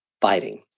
fighting